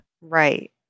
Right